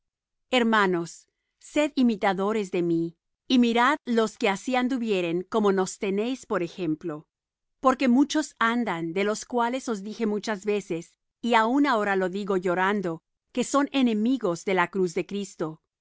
hermanos sed imitadores de mí y mirad los que así anduvieren como nos tenéis por ejemplo porque muchos andan de los cuales os dije muchas veces y aun ahora lo digo llorando que son enemigos de la cruz de cristo